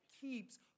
keeps